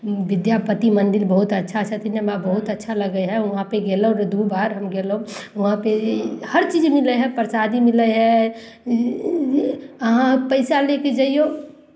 विद्यापति मन्दिर बहुत अच्छा छथिन हमरा बहुत अच्छा लगै हइ हुआँपर गयलहुँ दू बार हम गयलहुँ हुआँपे हर चीज मिलै हइ प्रसादी मिलै हइ अहाँ पैसा लऽ कऽ जइयौ